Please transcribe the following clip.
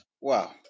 Wow